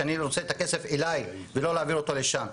אני רוצה את הכסף אליי ושלא יועבר לשם.